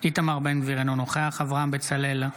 איתמר בן גביר, אינו נוכח אברהם בצלאל,